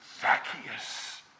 Zacchaeus